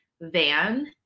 van